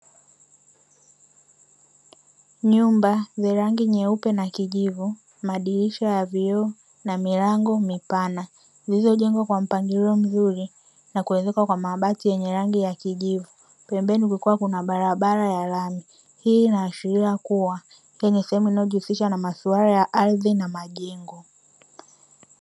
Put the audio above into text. Nyumba yenye rangi nyeupe na kijivu, madirisha ya vioo na milango mipana; zilizojengwa kwa mpangilio mzuri na kuezekwa kwa mabati yenye rangi ya kijivu. Pembeni kukiwa kuna barabara ya lami; hii inaashiria kuwa hii ni sehemu inayojihusisha na masuala ya ardhi na majengo.